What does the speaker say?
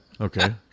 Okay